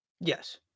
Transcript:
Yes